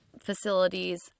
Facilities